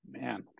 Man